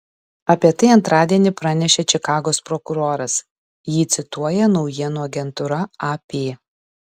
apie tai antradienį pranešė čikagos prokuroras jį cituoja naujienų agentūra ap